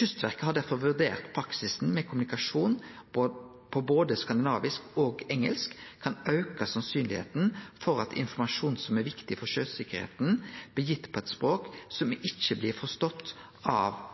Kystverket har derfor vurdert at praksisen med kommunikasjon på både skandinavisk og engelsk kan auke sannsynet for at informasjon som er viktig for sjøsikkerheita, blir gitt på eit språk som ikkje blir forstått av